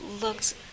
looks